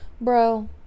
Bro